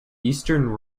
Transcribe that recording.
eastern